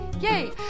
Yay